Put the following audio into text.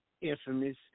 Infamous